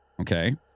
Okay